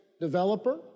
developer